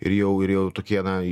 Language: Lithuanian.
ir jau ir jau tokie nai